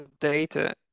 data